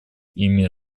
ими